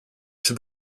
czy